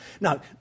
Now